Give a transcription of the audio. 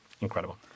incredible